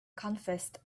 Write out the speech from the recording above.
confessed